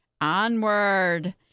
onward